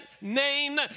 name